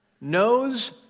knows